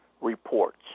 reports